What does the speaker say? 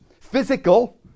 physical